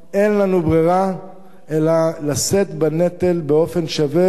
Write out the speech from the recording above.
אין לנו ברירה אלא לשאת בנטל באופן שווה,